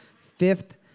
Fifth